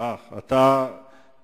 אדוני לא שאל אותי.